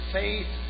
faith